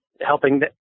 helping